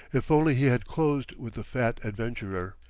if only he had closed with the fat adventurer.